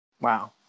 Wow